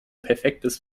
perfektes